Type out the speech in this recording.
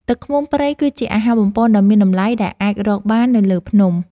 ទឹកឃ្មុំព្រៃគឺជាអាហារបំប៉នដ៏មានតម្លៃដែលអាចរកបាននៅលើភ្នំ។